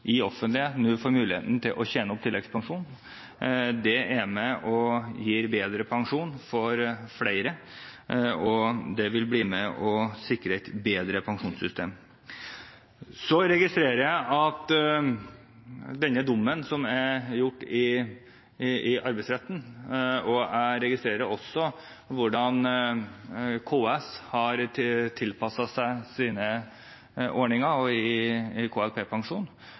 det offentlige nå får muligheten til å tjene opp tilleggspensjon. Det er med på å gi bedre pensjon for flere, og det vil være med på å sikre et bedre pensjonssystem. Så registrerer jeg denne dommen som er gjort i Arbeidsretten, og jeg registrerer også hvordan KS har tilpasset sine ordninger etter den – og